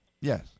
Yes